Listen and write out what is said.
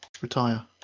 retire